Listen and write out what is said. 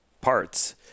parts